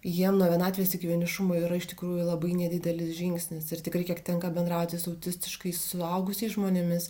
jiem nuo vienatvės iki vienišumo yra iš tikrųjų labai nedidelis žingsnis ir tikrai kiek tenka bendrauti su autistiškais suaugusiais žmonėmis